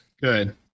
Good